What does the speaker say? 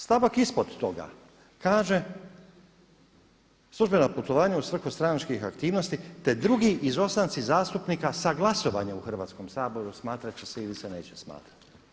Stavak ispod toga kaže, službena putovanja u svrhu stranačkih aktivnosti te drugi izostanci zastupnika sa glasovanja u Hrvatskom saboru smatrati će se ili se neće smatrati.